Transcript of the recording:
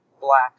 black